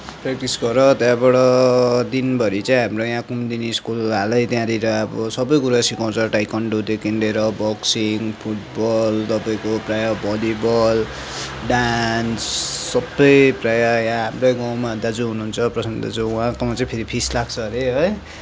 practice गर त्यहाँबाट दिनभरी चाहिँ हाम्रो यहाँ कुमुदुनी स्कुल हालै त्यहाँनिर अब सबै कुरा सिकाउँछ टाइक्वान्डोदेखि लिएर बक्सिङ फुटबल तपाईँको प्रायः भलिबल डान्स सबै प्रायः यहाँ हाम्रै गाउँमा दाजु हुनुहुन्छ प्रशान्त दाजु उहाँकोमा चाहिँ फेरि फिस लाग्छ अरे है